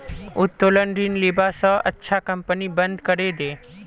उत्तोलन ऋण लीबा स अच्छा कंपनी बंद करे दे